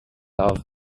love